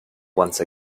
once